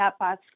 chatbots